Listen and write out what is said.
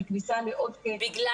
של כניסה לעוד --- בגלל